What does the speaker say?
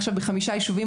בחמישה יישובים,